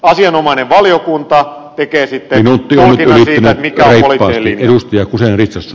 asianomainen valiokunta tekee sitten tulkinnan siitä mikä on poliittinen linja